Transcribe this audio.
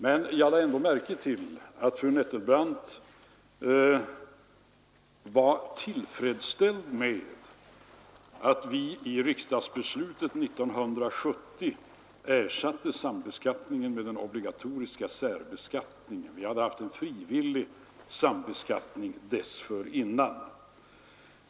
Men jag lade ändå märke till att fru Nettelbrandt var tillfredsställd med att vi i riksdagsbeslutet 1970 ersatte sambeskattningen med den obligatoriska särbeskattningen. Vi hade haft en frivillig särbeskattning dessförinnan.